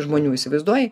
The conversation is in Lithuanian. žmonių įsivaizduoji